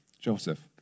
Joseph